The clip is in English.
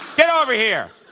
get over here!